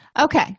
Okay